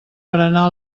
berenar